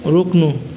रोक्नु